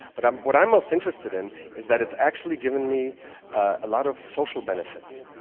but um what i'm almost interested in is that it's actually given me a lot of social benefits.